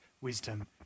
wisdom